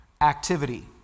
activity